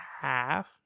half